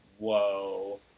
whoa